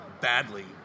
badly